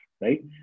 right